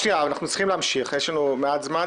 אנחנו צריכים להמשיך, יש לנו מעט זמן.